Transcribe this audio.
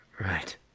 Right